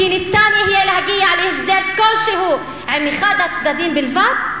ניתן יהיה להגיע להסדר כלשהו עם אחד הצדדים בלבד,